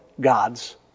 God's